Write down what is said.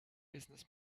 business